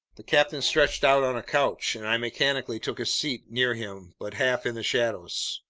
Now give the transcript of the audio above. the captain stretched out on a couch, and i mechanically took a seat near him, but half in the shadows.